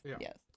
yes